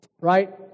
right